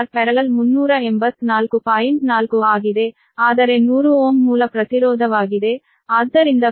4 ಆಗಿದೆ ಆದರೆ 100 Ω ಮೂಲ ಪ್ರತಿರೋಧವಾಗಿದೆ ಆದ್ದರಿಂದ ಪ್ರತಿ ಘಟಕಕ್ಕೆ 3